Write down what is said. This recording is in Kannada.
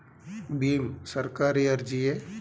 ಭೀಮ್ ಸರ್ಕಾರಿ ಅರ್ಜಿಯೇ?